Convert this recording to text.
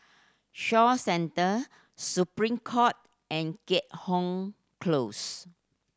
Shaw Centre Supreme Court and Keat Hong Close